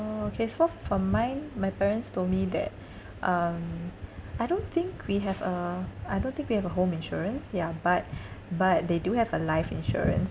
orh K so for mine my parents told me that um I don't think we have a I don't think we have a home insurance ya but but they do have a life insurance